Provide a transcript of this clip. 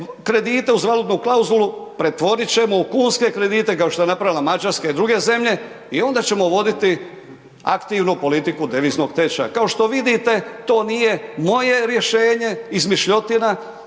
kredite uz valutnu klauzulu pretvorit ćemo u kunske kredite, kao što je napravila Mađarska i druge zemlje i onda ćemo voditi aktivnu politiku deviznog tečaja. Kao što vidite to nije moje rješenje, izmišljotina,